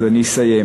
אז אני אסיים.